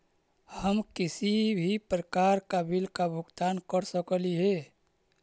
हम किसी भी प्रकार का बिल का भुगतान कर सकली हे?